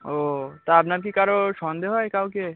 ও তা আপনার কি কারও সন্দেহ হয় কাউকে